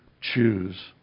choose